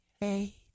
hey